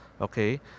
okay